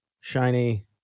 shiny